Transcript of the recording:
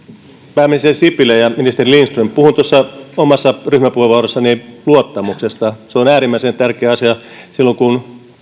pääministeri sipilä ja ministeri lindström puhuin tuossa omassa ryhmäpuheenvuorossani luottamuksesta se on äärimmäisen tärkeä asia silloin kun